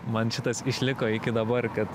man šitas išliko iki dabar kad